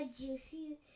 juicy